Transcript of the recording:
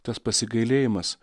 tas pasigailėjimas